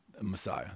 Messiah